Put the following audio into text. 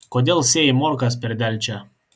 kodėl sėjai morkas per delčią